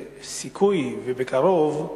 סיכוי, ובקרוב,